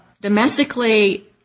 domestically